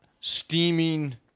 steaming